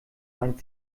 meint